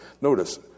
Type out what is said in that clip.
notice